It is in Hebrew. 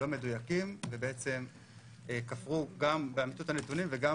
לא מדויקים וכפרו גם באמיתות הנתונים וגם